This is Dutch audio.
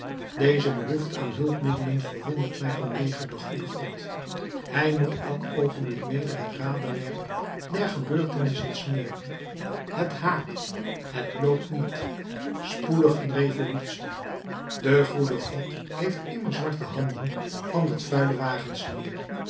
deze behoefte aan hulpmiddelen verwondert mij vanwege den goeden god hij moet elk oogenblik weder het raderwerk der gebeurtenissen smeren het haakt het loopt niet spoedig een revolutie de goede god heeft immer zwarte handen van dat vuile